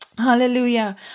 Hallelujah